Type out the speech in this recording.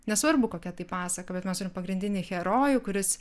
nesvarbu kokia tai pasaka bet mes turim pagrindinį herojų kuris